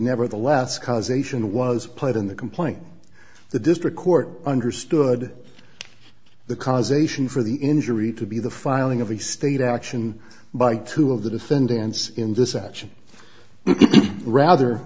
nevertheless causation was played in the complaint the district court understood the cause ation for the injury to be the filing of the state action by two of the defendants in this action rather